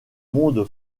monde